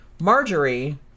Marjorie